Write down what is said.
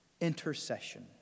intercession